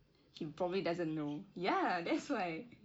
he probably doesn't know ya that's why